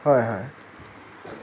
হয় হয়